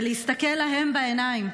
זה להסתכל להם בעיניים.